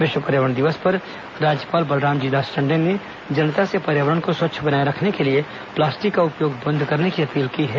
विश्व पर्यावरण दिवस पर राज्यपाल बलरामजी दास टंडन ने जनता से पर्यावरण को स्वच्छ बनाए रखने के लिए प्लास्टिक का उपयोग बंद करने की अपील की है